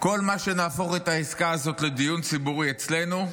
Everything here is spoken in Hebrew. כל מה שיהפוך את העסקה הזאת לדיון ציבורי אצלנו,